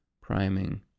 priming